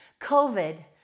covid